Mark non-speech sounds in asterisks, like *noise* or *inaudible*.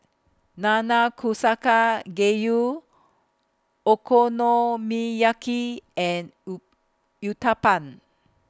Nanakusa *unintelligible* Gayu Okonomiyaki and *unintelligible* Uthapam